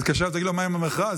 תתקשר ותגיד לו: מה עם המכרז?